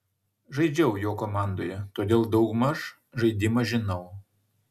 žaidžiau jo komandoje todėl daug maž žaidimą žinau